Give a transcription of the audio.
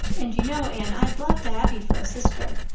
and you know, anne, i'd love to have you for a sister.